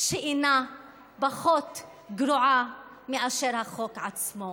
שאינה פחות גרועה מאשר החוק עצמו.